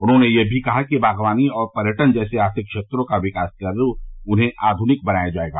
उन्होंने यह भी कहा कि बागवानी और पर्यटन जैसे आर्थिक क्षेत्रों का विकास कर उन्हें आधुनिक बनाया जाएगा